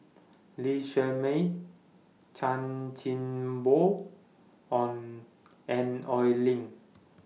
Lee Shermay Chan Chin Bock on and Oi Lin